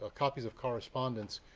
ah copies of correspondence,